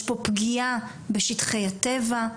יש פה פגיעה בשטחי הטבע,